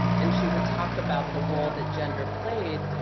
and she would talk about the role that gender played,